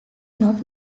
not